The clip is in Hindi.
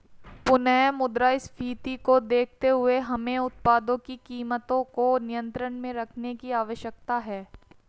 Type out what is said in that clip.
पुनः मुद्रास्फीति को देखते हुए हमें उत्पादों की कीमतों को नियंत्रण में रखने की आवश्यकता है